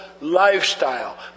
lifestyle